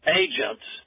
agents